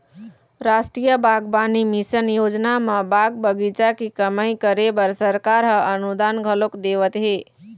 रास्टीय बागबानी मिसन योजना म बाग बगीचा के कमई करे बर सरकार ह अनुदान घलोक देवत हे